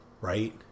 right